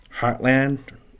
Heartland